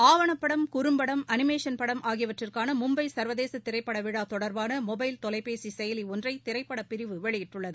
ஆவணப்படம் குறும்படம் அளிமேஷன் படம் ஆகியவற்றக்காள மும்பை சர்வதேச திரைப்பட விழா தொடர்பான மொடைல் தொலைபேசி செயலி ஒன்றை திரைப்படப் பிரிவு வெளியிட்டுள்ளது